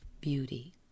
beauty